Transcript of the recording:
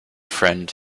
friend